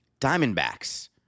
diamondbacks